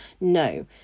No